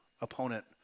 opponent